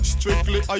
Strictly